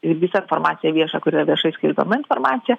ir visą informaciją viešą kuri yra viešai skelbiama informacija